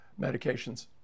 medications